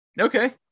okay